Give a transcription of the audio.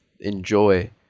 enjoy